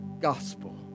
gospel